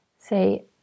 Say